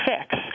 fix